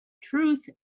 truth